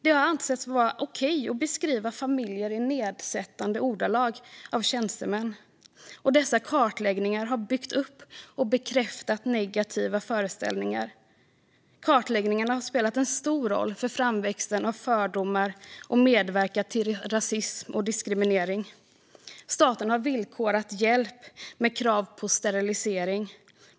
Det har ansetts vara okej för tjänstemän att beskriva familjer i nedsättande ordalag. Dessa kartläggningar har byggt upp och bekräftat negativa föreställningar. Kartläggningarna har spelat en stor roll för framväxten av fördomar och medverkat till rasism och diskriminering. Staten har villkorat hjälp med krav på sterilisering.